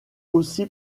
aussi